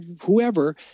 whoever